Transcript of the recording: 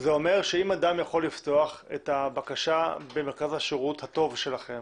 זה אומר שאם אדם יכול לפתוח את הבקשה במרכז השירות הטוב שלכם